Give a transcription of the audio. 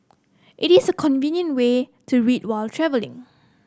it is a convenient way to read while travelling